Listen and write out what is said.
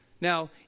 Now